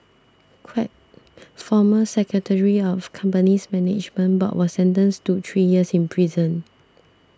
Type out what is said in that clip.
former secretary of company's management board was sentenced to three years in prison